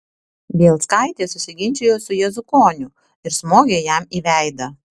bielskaitė susiginčijo su juzukoniu ir smogė jam į veidą